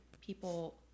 people